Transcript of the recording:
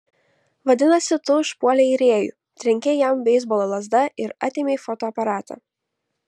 vadinasi tu užpuolei rėjų trenkei jam beisbolo lazda ir atėmei fotoaparatą